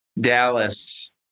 Dallas